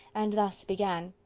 and thus began